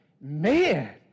man